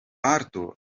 parto